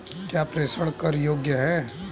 क्या प्रेषण कर योग्य हैं?